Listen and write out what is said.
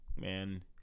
Man